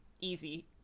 easy